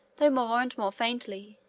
though more and more faintly,